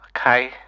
Okay